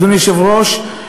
אדוני היושב-ראש.